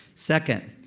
second,